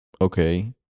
Okay